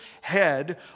head